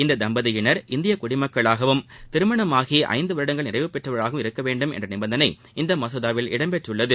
இத்தம்பதியினர் இந்திய குடிமக்களாகவும் திருமணமாகி ஐந்து வருடங்கள் நிறைவுபெற்றவர்களாகவும் இருக்கவேண்டும் என்ற நிபந்தனை இம்மசோதாவில் இடம்பெற்றுள்ளது